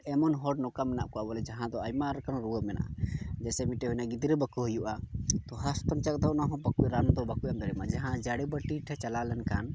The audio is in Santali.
ᱮᱢᱚᱱ ᱦᱚᱲ ᱵᱚᱞᱮ ᱱᱚᱝᱠᱟ ᱢᱮᱱᱟᱜ ᱠᱚᱣᱟ ᱵᱚᱞᱮ ᱡᱟᱦᱟᱸ ᱫᱚ ᱟᱭᱢᱟ ᱞᱮᱠᱟᱱ ᱨᱩᱣᱟᱹ ᱢᱮᱱᱟᱜ ᱡᱮᱭᱥᱮ ᱚᱱᱮ ᱢᱤᱫᱴᱮᱡ ᱜᱤᱫᱽᱨᱟᱹ ᱵᱟᱠᱚ ᱦᱩᱭᱩᱜᱼᱟ ᱛᱳ ᱦᱟᱥᱯᱟᱛᱟᱞ ᱫᱚ ᱚᱱᱟ ᱦᱚᱸ ᱨᱟᱱ ᱫᱚ ᱵᱟᱠᱚ ᱮᱢ ᱫᱟᱲᱮᱭᱟᱢᱟ ᱡᱟᱦᱟᱸᱭ ᱡᱟᱹᱲᱤᱵᱟᱹᱴᱤ ᱴᱷᱮᱱ ᱪᱟᱞᱟᱣ ᱞᱮᱱᱠᱷᱟᱱ